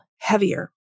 heavier